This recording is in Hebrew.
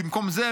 במקום זה,